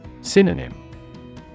Synonym